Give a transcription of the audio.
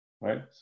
right